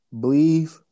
Believe